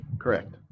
Correct